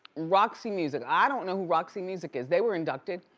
roxy music. i don't know who roxy music is. they were inducted.